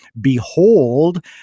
behold